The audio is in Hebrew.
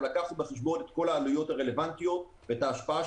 לקחנו בחשבון את כל העלויות הרלוונטיות ואתה השפעה